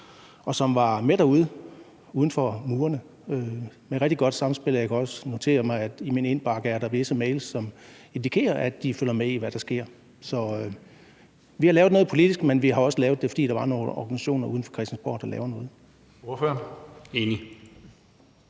og som var med derude, uden for murene, i et rigtig godt samspil. Jeg kan også notere mig, at i min indbakke er der visse mails, som indikerer, at de følger med i, hvad der sker. Så vi har lavet noget politisk, men vi har også lavet det, fordi der er nogle organisationer uden for Christiansborg, der laver noget.